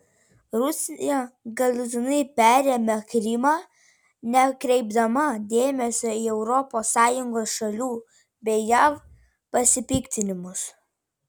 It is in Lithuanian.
rusija galutinai perėmė krymą nekreipdama dėmesio į europos sąjungos šalių bei jav pasipiktinimus